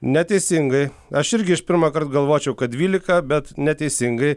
neteisingai aš irgi iš pirmąkart galvočiau kad dvylika bet neteisingai